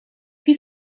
più